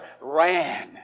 ran